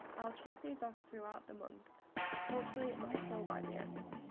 i'll check these off throughout the month hopefully it looks full by the end!